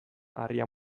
harria